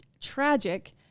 tragic